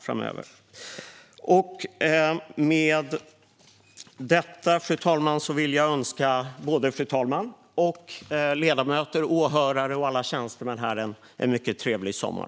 Därmed, fru talman, vill jag önska fru talmannen, ledamöter, åhörare och alla tjänstemän här en mycket trevlig sommar.